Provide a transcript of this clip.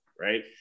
right